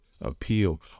appeal